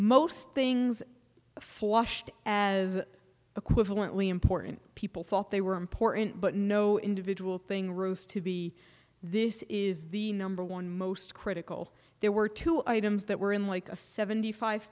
most things flushed as equivalently important people thought they were important but no individual thing rose to be this is the number one most critical there were two items that were in like a seventy five